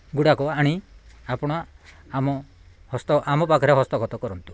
ଗୁଡ଼ାକ ଆଣି ଆପଣ ଆମ ହସ୍ତ ଆମ ପାଖରେ ହସ୍ତଗତ କରନ୍ତୁ